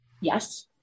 Yes